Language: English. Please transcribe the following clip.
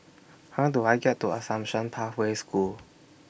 How Do I get to Assumption Pathway School